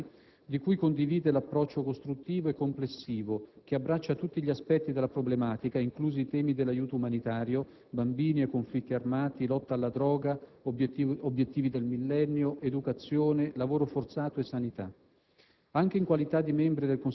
sostiene il mandato di Gambari, di cui condivide l'approccio costruttivo e «complessivo» che abbraccia tutti gli aspetti della problematica (inclusi i temi dell'aiuto umanitario, bambini e conflitti armati, lotta alla droga, obiettivi del Millennio, educazione, lavoro forzato, sanità).